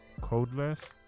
Codeless